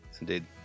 Indeed